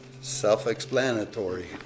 self-explanatory